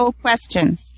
question